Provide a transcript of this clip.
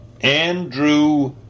Andrew